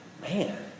man